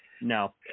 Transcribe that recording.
no